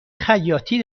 خیاطی